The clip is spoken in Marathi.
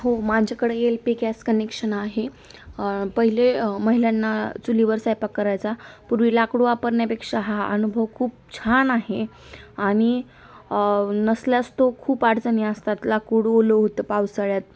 हो माझ्याकडे एल पी गॅस कनेक्शन आहे पहिले महिलांना चुलीवर स्वयंपाक करायचा पूर्वी लाकूड वापरण्या्पेक्षा हा अनुभव खूप छान आहे आणि नसल्यास तो खूप अडचणी असतात लाकूड ओलं होतं पावसाळ्यात